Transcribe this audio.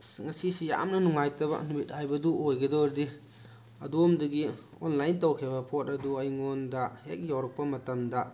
ꯑꯁ ꯉꯁꯤꯁꯤ ꯌꯥꯝꯅ ꯅꯨꯡꯉꯥꯏꯇꯕ ꯅꯨꯃꯤꯠ ꯍꯥꯏꯕꯗꯨ ꯑꯣꯏꯒꯗꯣꯔꯗꯤ ꯑꯗꯣꯝꯗꯒꯤ ꯑꯣꯟꯂꯥꯏꯟ ꯇꯧꯈꯤꯕ ꯄꯣꯠ ꯑꯗꯨ ꯑꯩꯉꯣꯟꯗ ꯍꯦꯛ ꯌꯧꯔꯛꯄ ꯃꯇꯝꯗ